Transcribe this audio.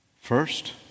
First